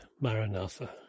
Maranatha